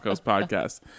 podcast